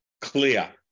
Clear